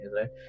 right